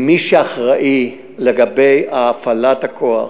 מי שאחראי לגבי הפעלת הכוח